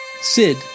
Sid